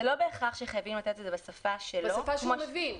זה לא בהכרח בשפה שלו --- בשפה שהוא מבין.